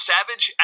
Savage